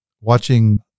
watching